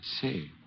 see